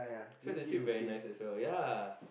so it is actually very nice as well